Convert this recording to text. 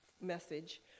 message